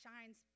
shines